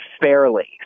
fairly